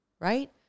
Right